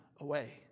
away